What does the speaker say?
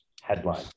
headline